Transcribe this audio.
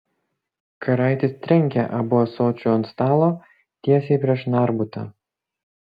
karaitis trenkė abu ąsočiu ant stalo tiesiai prieš narbutą